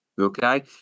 Okay